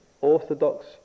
orthodox